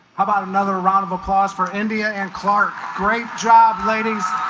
about another round of applause for india and clark great job ladies